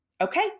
Okay